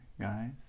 guys